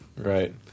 Right